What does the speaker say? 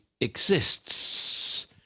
exists